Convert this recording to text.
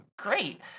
great